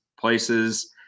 places